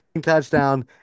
touchdown